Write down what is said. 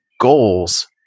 goals